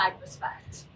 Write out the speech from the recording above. respect